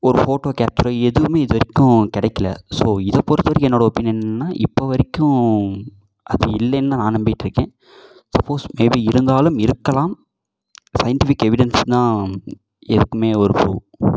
ஒரு photo capture எதுவுமே இது வரைக்கும் கிடைக்கில ஸோ இதை பொருத்தவரைக்கும் என்னோடய ஒப்பினியன் என்னெனனா இப்போ வரைக்கும் அது இல்லைன்னு நான் நம்பிட்டு இருக்கேன் சப்போஸ் மேபி இருந்தாலும் இருக்கலாம் சையின்ட்டிஃபிக் எவிடேன்ஸ்னா எதுக்குமே ஒரு புருஃப்